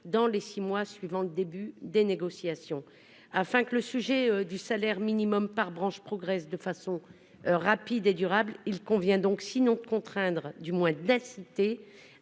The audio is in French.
dans les six mois suivant le début des négociations. Afin que le sujet du salaire minimum par branche progresse de façon rapide et durable, il convient, sinon de contraindre, du moins d'inciter